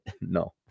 No